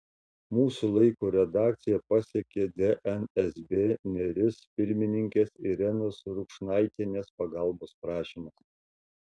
mūsų laiko redakciją pasiekė dnsb neris pirmininkės irenos rukšnaitienės pagalbos prašymas